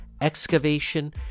excavation